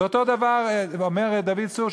ואותו דבר אומר דוד צור,